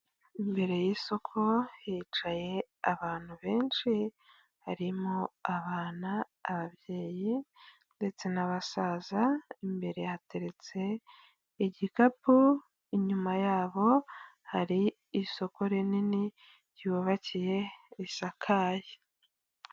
Imbere y'isoko hicaye abantu benshi harimo abana, ababyeyi ndetse n'abasaza, imbere hateretse igikapu, inyuma yabo hari isoko rinini ryubakiye, risakaye.